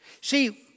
See